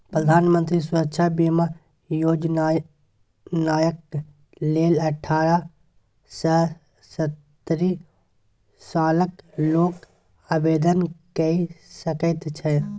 प्रधानमंत्री सुरक्षा बीमा योजनाक लेल अठारह सँ सत्तरि सालक लोक आवेदन कए सकैत छै